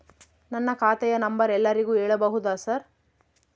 ನನ್ನ ಖಾತೆಯ ನಂಬರ್ ಎಲ್ಲರಿಗೂ ಹೇಳಬಹುದಾ ಸರ್?